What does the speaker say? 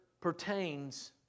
pertains